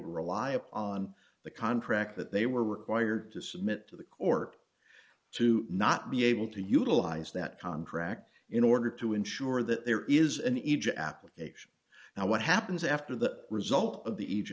to rely upon the contract that they were required to submit to the court to not be able to utilize that contract in order to ensure that there is an ija application now what happens after the result of the